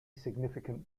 significant